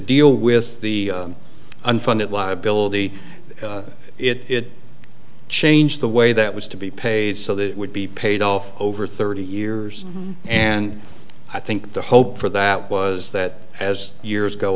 deal with the unfunded liability it changed the way that was to be paid so that it would be paid off over thirty years and i think the hope for that was that as years go